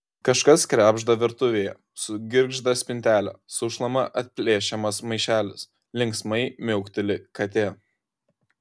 kažkas krebžda virtuvėje sugirgžda spintelė sušlama atplėšiamas maišelis linksmai miaukteli katė